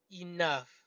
enough